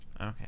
Okay